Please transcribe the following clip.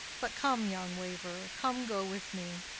but come, young waverer, come go with me.